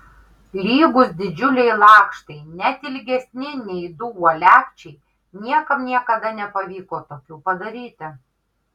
lygūs didžiuliai lakštai net ilgesni nei du uolekčiai niekam niekada nepavyko tokių padaryti